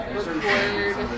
record